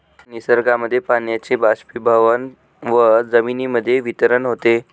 निसर्गामध्ये पाण्याचे बाष्पीभवन व जमिनीमध्ये वितरण होते